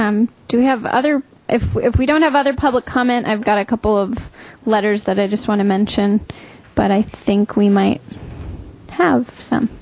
um do we have other if we don't have other public comment i've got a couple of letters that i just want to mention but i think we might have some